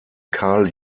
karl